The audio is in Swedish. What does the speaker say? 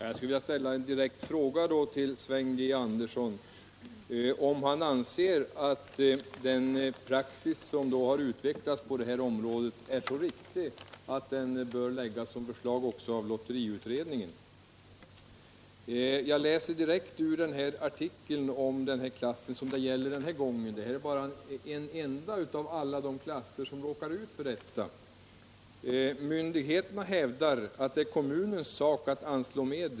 Herr talman! Jag vill då direkt fråga Sven G. Andersson om han anser att den praxis som har utvecklats på detta område är så riktig att den också bör läggas som förslag av lotteriutredningen. Jag läser direkt ur artikeln om den klass som det gäller den här gången — detta är bara en enda av de klasser som råkar ut för sådant här: ”Myndigheterna hävdar att det är kommunens sak att anslå medel.